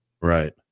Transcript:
Right